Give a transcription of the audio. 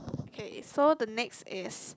okay the next is